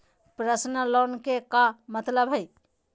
Personal loan के का मतलब हई?